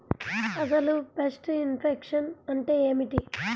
అసలు pest infection అంటే ఏమిటి?